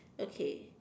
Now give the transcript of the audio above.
okay